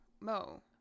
Mo